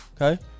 Okay